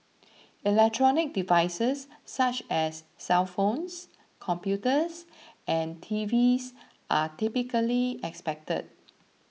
electronic devices such as cellphones computers and TVs are typically expected